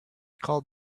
called